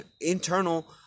internal